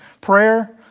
prayer